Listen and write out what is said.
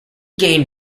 gained